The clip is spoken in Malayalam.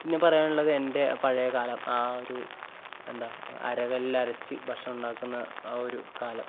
പിന്നെ പറയാനുള്ളത് എൻ്റെ പഴയ കാലം ആ ഒരു എന്താണ് അരകല്ലിൽ അരച്ച് ഭക്ഷണം ഉണ്ടാക്കുന്ന ആ ഒരു കാലം